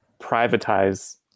privatize